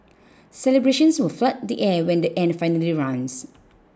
celebrations will flood the air when the end finally runs